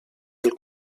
del